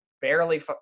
barely